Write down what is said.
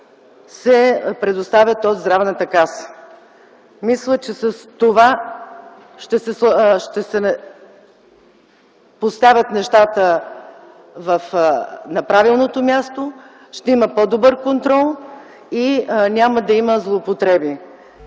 се предоставят от Здравната каса. Мисля, че с това ще се поставят нещата на правилното място, ще има по-добър контрол и няма да има злоупотреби.